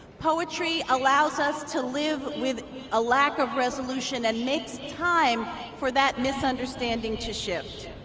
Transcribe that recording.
poetry allows us to live with a lack of resolution and makes time for that misunderstanding to shift.